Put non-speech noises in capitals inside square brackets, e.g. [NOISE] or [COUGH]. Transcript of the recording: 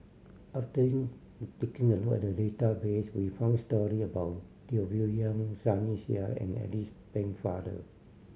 [UNINTELLIGIBLE] taking a look at the database we found story about Teo Bee Yen Sunny Sia and Alice Pennefather